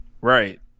right